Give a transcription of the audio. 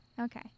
Okay